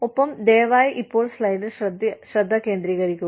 ഒപ്പം ദയവായി ഇപ്പോൾ സ്ലൈഡിൽ ശ്രദ്ധ കേന്ദ്രീകരിക്കുക